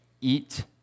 eat